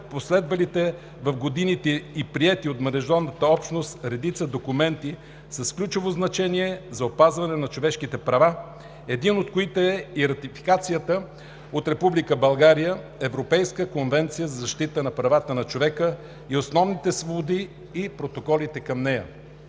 последвалите в годините и приети от международната общност редица документи с ключово значение за опазване на човешките права, един от които е и ратификацията от Република България на Европейската конвенция за защита правата на човека и основните свободи и протоколите към нея.